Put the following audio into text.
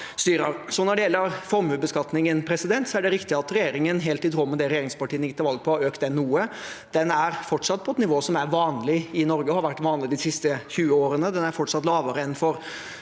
Når det gjelder formuesbeskatningen, er det riktig at regjeringen – helt i tråd med det regjeringspartiene gikk til valg på – har økt den noe. Den er fortsatt på et nivå som er vanlig i Norge, og har vært vanlig de siste 20 årene. Den er fortsatt lavere enn for